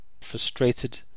frustrated